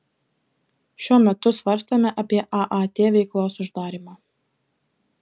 šiuo metu svarstome apie aat veiklos uždarymą